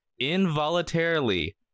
involuntarily